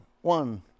One